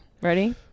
Ready